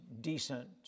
decent